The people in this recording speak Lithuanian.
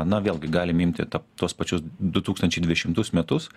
na vėlgi galim imti tą tuos pačius du tūkstančiai dvidešimtus metus